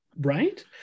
Right